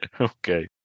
Okay